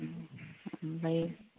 ओमफ्राय